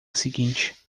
seguinte